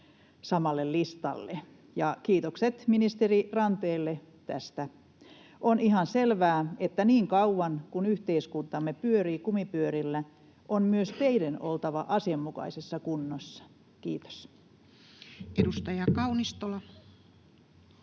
samalle listalle. Kiitokset ministeri Ranteelle tästä. On ihan selvää, että niin kauan kuin yhteiskuntamme pyörii kumipyörillä, on myös teiden oltava asianmukaisessa kunnossa. — Kiitos. [Speech 567]